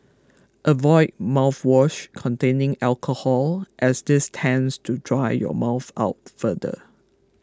avoid mouthwash containing alcohol as this tends to dry your mouth out further